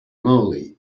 moly